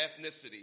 ethnicity